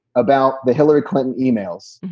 about the hillary clinton emails.